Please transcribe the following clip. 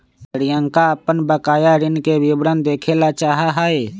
रियंका अपन बकाया ऋण के विवरण देखे ला चाहा हई